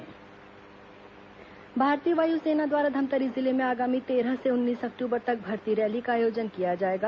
वायुसेना भर्ती रैली भारतीय वायुसेना द्वारा धमतरी जिले में आगामी तेरह से उन्नीस अक्टूबर तक भर्ती रैली का आयोजन किया जाएगा